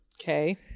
Okay